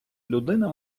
людина